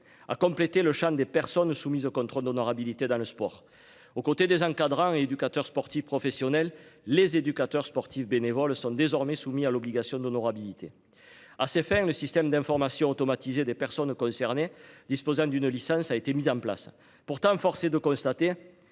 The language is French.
a complété le Champ des personnes soumises au contrôle d'honorabilité dans le sport au côté des encadrants éducateurs sportifs professionnels les éducateurs sportifs bénévoles sont désormais soumis à l'obligation d'honorabilité. Ah c'est faire le système d'information automatisés des personnes concernées. Disposant d'une licence a été mise en place. Pourtant, force est de constater